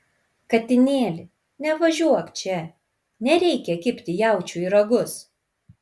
katinėli nevažiuok čia nereikia kibti jaučiui į ragus